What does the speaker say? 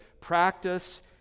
practice